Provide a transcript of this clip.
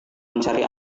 mencari